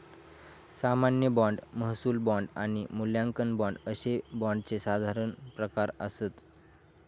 सामान्य बाँड, महसूल बाँड आणि मूल्यांकन बाँड अशे बाँडचे साधारण प्रकार आसत